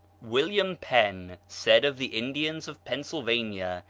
william penn said of the indians of pennsylvania,